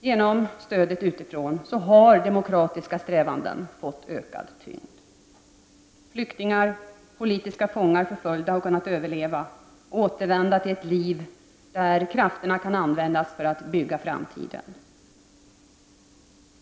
Genom stödet utifrån har de demokratiska strävandena fått ökad tyngd. Flyktingar, politiska fångar och förföljda har kunnat överleva och återvända till ett liv där krafterna kan användas för att bygga framtiden.